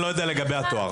אני לא יודע לגבי התואר.